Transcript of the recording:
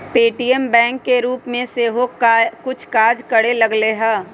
Paytm bank के रूप में सेहो कुछ काज करे लगलै ह